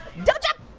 double jump!